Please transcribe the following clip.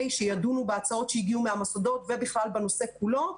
בה ידונו בהצעות שהגיעו מהמוסדות ובכלל בנושא כולו.